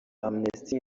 amnesty